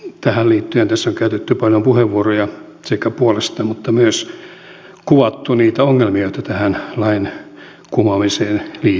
tähän liittyen tässä on sekä käytetty paljon puheenvuoroja puolesta että myös kuvattu niitä ongelmia joita tähän lain kumoamiseen liittyy